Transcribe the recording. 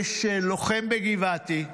יש לוחם בגבעתי,